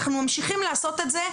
אנחנו ממשיכים לעשות את זה.